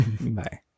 Bye